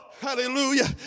Hallelujah